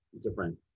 different